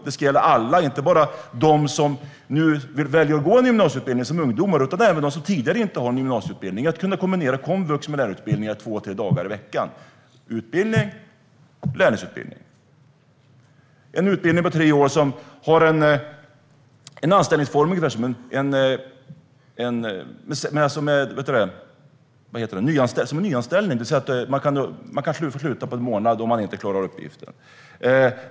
Den ska gälla alla, inte bara dem som nu väljer att gå en gymnasieutbildning som ungdomar; de som tidigare inte har en gymnasieutbildning ska kunna kombinera utbildning på komvux med två tre dagar lärlingsutbildning i veckan. Det ska vara en utbildning på tre år som har en anställningsform ungefär som en nyanställning, det vill säga att man kan få sluta på en månad om man inte klarar uppgiften.